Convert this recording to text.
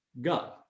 God